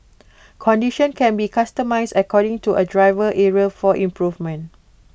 conditions can be customised according to A driver's area for improvement